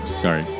Sorry